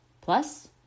Plus